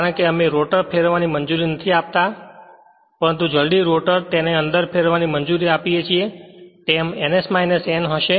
કારણ કે અમે રોટર ને ફેરવવાનું મંજૂરી નથી આપતા પરંતુ જલદી રોટર ને તેની અંદર ફેરવવાની મંજૂરી આપીએ છીએ તેમ ns n હશે